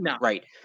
Right